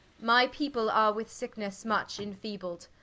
my people are with sicknesse much enfeebled,